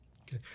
Okay